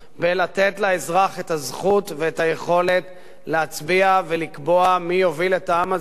לתת לאזרח את הזכות ואת היכולת להצביע ולקבוע מי יוביל את העם הזה,